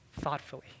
thoughtfully